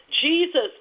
Jesus